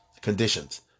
conditions